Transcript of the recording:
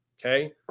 Okay